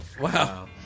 wow